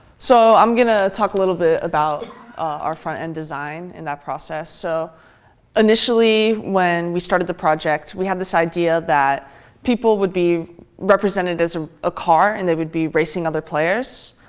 so i'm going to talk a little bit about our frontend design and that process. so initially, when we started the project, we had this idea that people would be represented as a car and they would be racing other players.